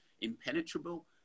impenetrable